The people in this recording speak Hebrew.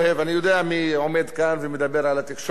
אני יודע מי עומד כאן ומדבר על התקשורת,